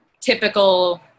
typical